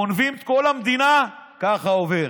גונבים את כל המדינה, ככה עובר.